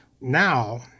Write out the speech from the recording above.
now